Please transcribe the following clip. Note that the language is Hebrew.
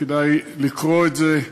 כדאי לקרוא את זה.